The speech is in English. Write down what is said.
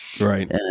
Right